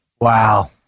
Wow